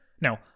Now